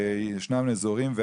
ישנם אזורים,